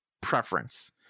preference